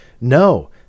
No